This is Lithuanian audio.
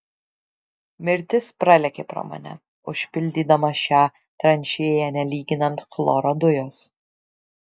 mirtis pralėkė pro mane užpildydama šią tranšėją nelyginant chloro dujos